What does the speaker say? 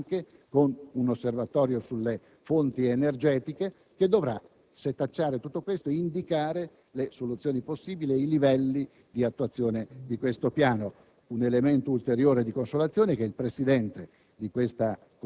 speciale, *ad hoc*, sui cambiamenti climatici, con un osservatorio sulle fonti energetiche, che dovrà setacciare tutto questo ed indicare le soluzioni possibili e i livelli di attuazione del piano.